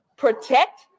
protect